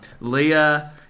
leah